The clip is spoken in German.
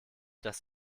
dass